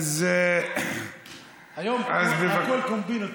היום הכול קומבינות.